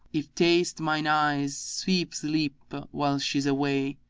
if taste mine eyes sweet sleep while she's away,